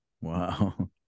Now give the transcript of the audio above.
wow